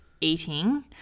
eating